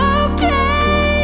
okay